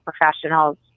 professionals